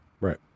Right